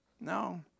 No